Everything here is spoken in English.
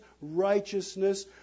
righteousness